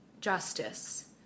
justice